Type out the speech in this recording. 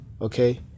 okay